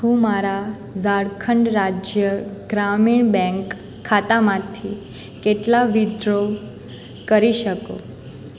હું મારા ઝારખંડ રાજ્ય ગ્રામીણ બેંક ખાતામાંથી કેટલાં વિથડ્રો કરી શકું